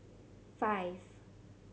five